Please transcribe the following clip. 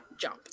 jump